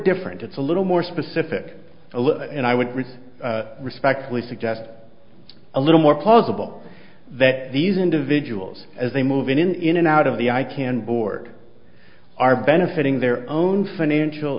different it's a little more specific and i would refer respectfully suggest a little more plausible that these individuals as they move in in and out of the i can board are benefiting their own financial